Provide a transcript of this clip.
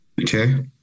Okay